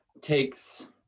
takes